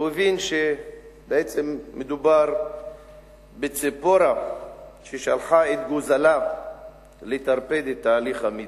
הבין שבעצם מדובר בציפורה ששלחה את גוזלה לטרפד את ההליך המדיני.